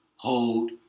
hold